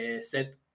set